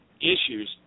issues